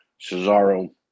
Cesaro